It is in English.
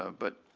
ah but